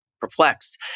perplexed